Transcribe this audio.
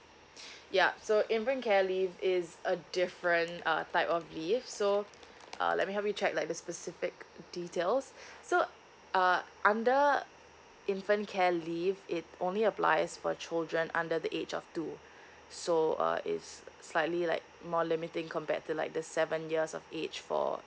yup so infant care leave is a different uh type of leave so uh let me help you check like the specific details so uh under infant care leave it only applies for children under the age of two so uh is slightly like more limiting compared to like the seven years of age for